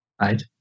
right